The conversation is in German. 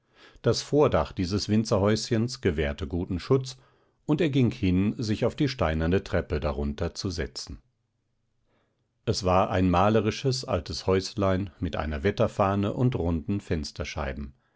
das vordach dieses winzerhäuschens gewährte guten schutz und er ging hin sich auf die steinerne treppe darunter zu setzen es war ein malerisches altes häuslein mit einer wetterfahne und runden fensterscheiben